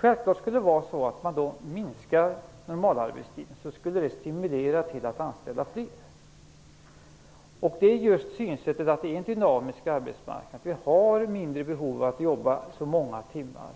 Självklart skulle en minskad normalarbetstid stimulera till att man anställer fler. Det är just synsättet att arbetsmarknaden är dynamisk - att vi har mindre behov av att jobba så många timmar,